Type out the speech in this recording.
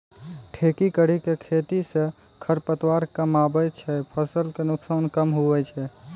ठेकी करी के खेती से खरपतवार कमआबे छै फसल के नुकसान कम हुवै छै